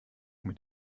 mit